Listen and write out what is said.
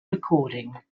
recording